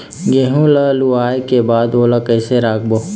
गेहूं ला लुवाऐ के बाद ओला कइसे राखबो?